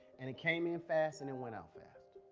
and it came in fast and it went out fast.